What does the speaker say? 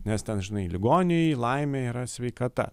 nes ten žinai ligoniui laimė yra sveikata